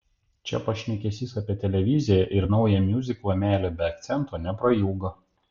čia pašnekesys apie televiziją ir naują miuziklą meilė be akcento neprailgo